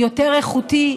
יותר איכותי.